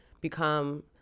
become